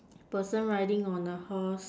person riding on a horse